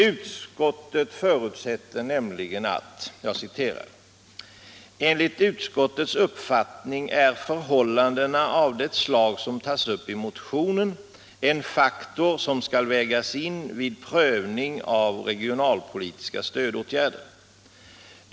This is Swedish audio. Utskottet skriver nämligen: ”Enligt utskottets uppfattning är förhållanden av det slag som tas upp i motionen en faktor som skall vägas in vid prövning av regionalpolitiska stödåtgärder.